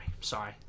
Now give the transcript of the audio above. sorry